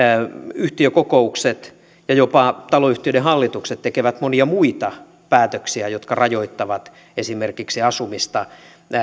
yhtiökokoukset ja jopa taloyhtiöiden hallitukset tekevät monia muita päätöksiä jotka rajoittavat esimerkiksi asumista